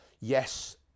Yes